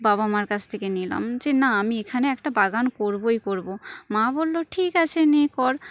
বাবা মার কাছ থেকে নিলাম যে না আমি এখানে একটা বাগান করবোই করবো মা বললো ঠিক আছে নে কর